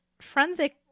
forensic